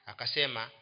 Akasema